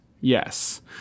yes